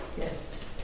Yes